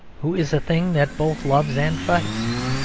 who is a thing that both loves and fights.